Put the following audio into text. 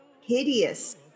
hideous